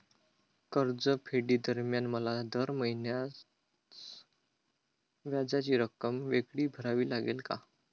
कर्जफेडीदरम्यान मला दर महिन्यास व्याजाची रक्कम वेगळी भरावी लागेल का?